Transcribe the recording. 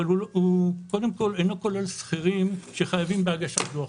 הוא קודם כל אינו כולל שכירים שחייבים בהגשת דוח.